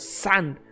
sand